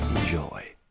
Enjoy